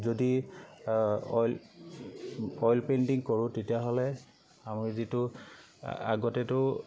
যদি oil oil painting কৰোঁ তেতিয়াহ'লে আমি যিটো আগতেতো